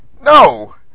No